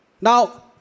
Now